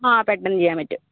ആ പെട്ടന്ന് ചെയ്യാൻ പറ്റും